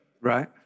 Right